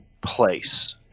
place